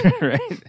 right